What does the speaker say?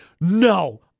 No